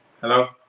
Hello